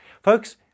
Folks